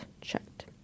checked